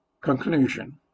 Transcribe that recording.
Conclusion